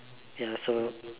ya so